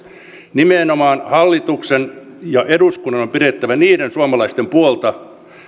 nimenomaan hallituksen ja eduskunnan on on pidettävä niiden suomalaisten puolta joilla